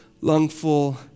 lungful